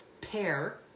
pair